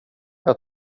jag